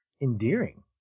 endearing